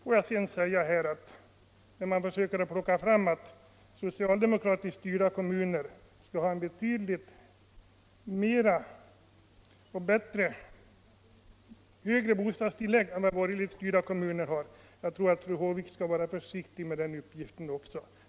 Och då man försöker göra gällande att socialdemokratiskt styrda kommuner skulle ha betydligt högre bostadstillägg än borgerligt styrda kommuner, så tror jag fru Håvik skall vara försiktig med den uppgiften.